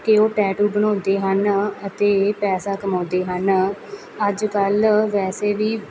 ਕਿ ਉਹ ਟੈਟੂ ਬਣਾਉਂਦੇ ਹਨ ਅਤੇ ਪੈਸਾ ਕਮਾਉਂਦੇ ਹਨ ਅੱਜ ਕੱਲ੍ਹ ਵੈਸੇ ਵੀ